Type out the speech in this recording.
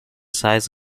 size